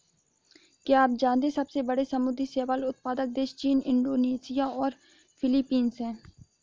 क्या आप जानते है सबसे बड़े समुद्री शैवाल उत्पादक देश चीन, इंडोनेशिया और फिलीपींस हैं?